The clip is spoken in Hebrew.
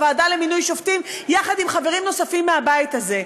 לוועדה למינוי שופטים יחד עם חברים נוספים מהבית הזה.